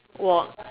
walk